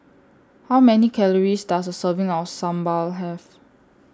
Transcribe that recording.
How Many Calories Does A Serving of Sambar Have